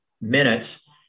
minutes